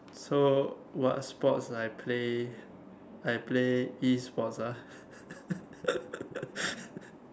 so what sports I play I play E sports ah